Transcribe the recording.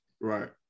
right